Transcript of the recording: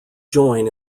join